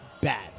bad